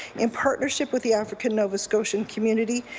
in partnership with the african nova scotian community,